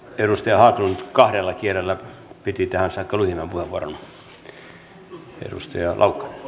edustaja haglund kahdella kielellä käytti tähän saakka lyhimmän puheenvuoron